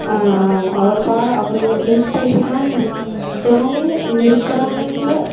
அவர் பா அவர் எனக்கு இன்ஸ்பிரேஷனாக இருக்கணும் இருக்கிறாருங்க